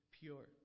pure